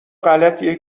غلطیه